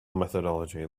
methodology